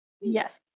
Yes